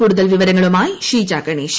കൂടുതൽ വിവരങ്ങളുമായി ഷീജ ഗണേഷ്